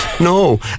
No